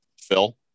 Phil